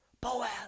Boaz